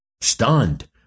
Stunned